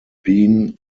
lakes